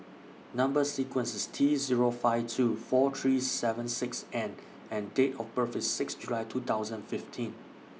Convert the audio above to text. Number sequence IS T Zero five two four three seven six N and Date of birth IS six July two thousand fifteen